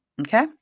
Okay